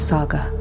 Saga